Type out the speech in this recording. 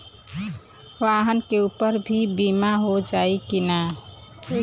वाहन के ऊपर भी बीमा हो जाई की ना?